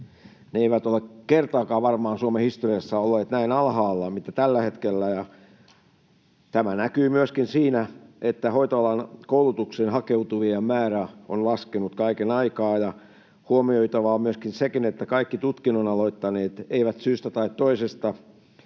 Ne eivät ole varmaan kertaakaan Suomen historiassa olleet näin alhaalla kuin tällä hetkellä. Tämä näkyy myöskin siinä, että hoitoalan koulutukseen hakeutuvien määrä on laskenut kaiken aikaa. Huomioitavaa on myöskin se, että kaikki tutkinnon aloittaneet eivät syystä tai toisesta